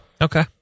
okay